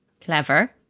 Clever